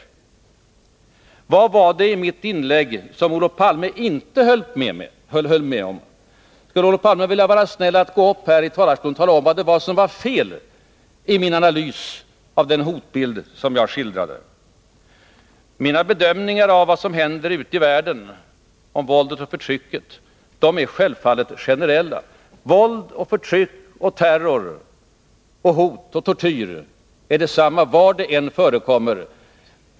Vad var det i mitt inlägg som Olof Palme inte höll med om? Vill Olof Palme vara snäll och tala om vad som var fel i min analys av den hotbild som jag skildrade? Mina bedömningar av vad som händer i världen, av våldet och förtrycket, är självfallet generella. Våld, förtryck, terror, hot och tortyr är desamma var det än förekommer.